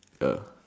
the